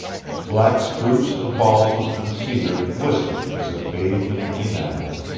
black spruce and balsam and cedar glistened as if bathed in enamel.